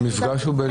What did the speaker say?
המפגש הוא בלשכת גיוס.